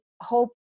hope